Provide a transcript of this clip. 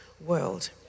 world